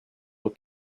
were